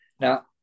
Now